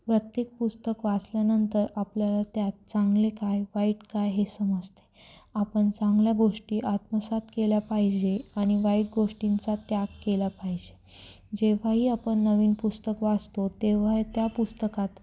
प्रत्येक पुस्तक वाचल्यानंतर आपल्याला त्यात चांगले काय वाईट काय हे समजते आपण चांगल्या गोष्टी आत्मसात केल्या पाहिजे आणि वाईट गोष्टींचा त्याग केला पाहिजे जेव्हाही आपण नवीन पुस्तक वाचतो तेव्हा त्या पुस्तकात